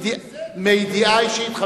שהוא הזכיר אותו,